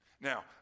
Now